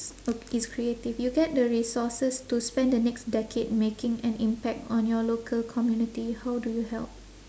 uh it's creative you get the resources to spend the next decade making an impact on your local community how do you help